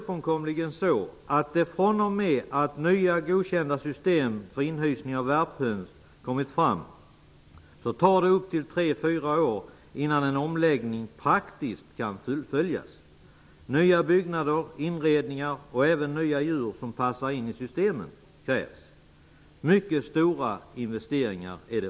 fr.o.m. det att nya godkända system för inhysning av värphöns kommit fram tar det nämligen upp till tre fyra år innan en omläggning praktiskt kan fullföljas. Det är ofrånkomligt. Det krävs nya byggnader, inredningar och även djur som passar in i systemen. Det är fråga om mycket stora investeringar.